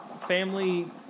family